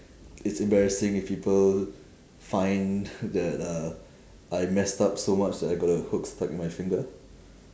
it's embarrassing if people find that uh I messed up so much that I got a hook stuck in my finger